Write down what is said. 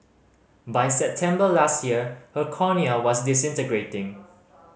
by September last year her cornea was disintegrating